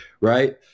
right